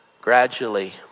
gradually